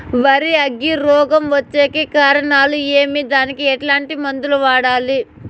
వరి అగ్గి రోగం వచ్చేకి కారణాలు ఏమి దానికి ఎట్లాంటి మందులు వాడాలి?